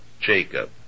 Jacob